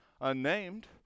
unnamed